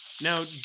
Now